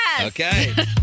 Okay